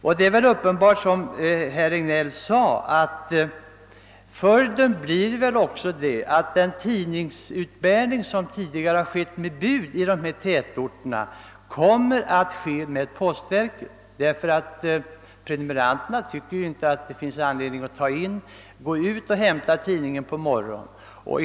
Följden blir också — som herr Regnéll sade — att den tidningsutbäring som tidigare har skett med bud i dessa tätorter i stället kommer att ske genom postverket, därför att prenumeranterna inte tycker att det finns någon anledning att gå ut och hämta tidningen på morgonen.